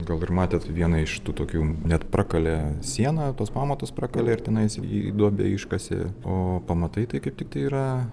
gal ir matėt vieną iš tų tokių net prakalė sieną tuos pamatus prakalė ir tenais į duobę iškasė o pamatai kaip tiktai yra